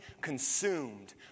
consumed